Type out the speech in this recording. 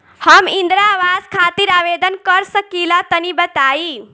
हम इंद्रा आवास खातिर आवेदन कर सकिला तनि बताई?